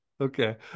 Okay